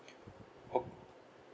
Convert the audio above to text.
o~